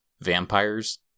vampires